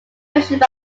mentioned